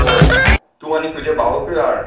हय तूं आनी तुजे भावाकूय हाड